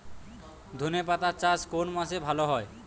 ধনেপাতার চাষ কোন মাসে ভালো হয়?